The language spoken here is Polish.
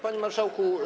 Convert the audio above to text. Panie Marszałku!